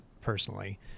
personally